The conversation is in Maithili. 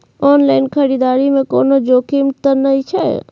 ऑनलाइन खरीददारी में कोनो जोखिम त नय छै?